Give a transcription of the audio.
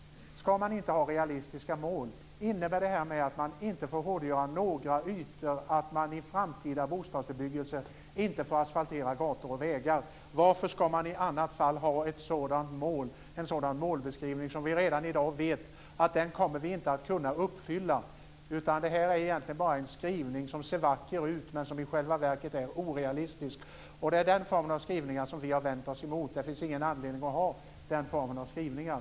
Ska man inte ha realistiska mål? Innebär detta att man inte får hårdgöra några ytor, att man i framtida bostadsbebyggelse inte får asfaltera gator och vägar? Varför ska man i annat fall ha en sådan målbeskrivning som vi redan i dag vet att vi inte kommer att kunna uppfylla? Det här är egentligen bara en skrivning som ser vacker ut. I själva verket är den orealistisk. Det är den formen av skrivningar som vi har vänt oss emot. Det finns ingen anledning att ha den formen av skrivningar.